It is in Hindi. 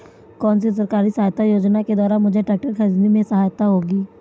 कौनसी सरकारी सहायता योजना के द्वारा मुझे ट्रैक्टर खरीदने में सहायक होगी?